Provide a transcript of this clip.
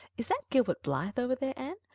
is that gilbert blythe over there, anne?